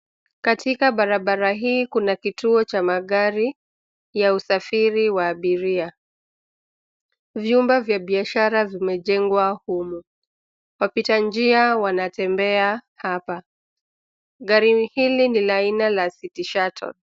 Katikati barabara hii kuna kituo cha magari ya usafiri wa abiria. Vyumba vya biashara vimejengwa humu. Wapita njia wanatembea hapa. Gari hili ni la aina ya (cs) City Shuttle(cs).